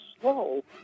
slow